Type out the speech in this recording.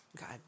God